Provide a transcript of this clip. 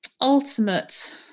ultimate